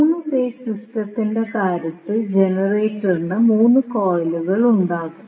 3 phase സിസ്റ്റത്തിന്റെ കാര്യത്തിലും ജനറേറ്ററിന് 3 കോയിലുകൾ ഉണ്ടാകും